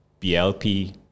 BLP